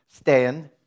stand